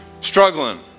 struggling